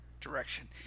direction